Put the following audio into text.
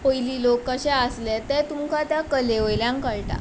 पयलीं लोक कशे आसले तें तुमकां त्या कले वयल्यान कयटा